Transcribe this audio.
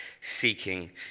seeking